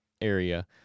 area